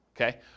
okay